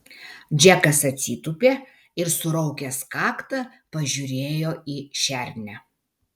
džekas atsitūpė ir suraukęs kaktą pažiūrėjo į šernę